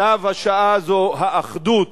צו השעה הזאת זה האחדות.